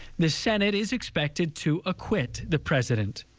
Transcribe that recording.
the senate is expected to acquit the president.